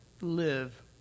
live